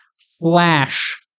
flash